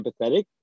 empathetic